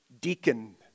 deacon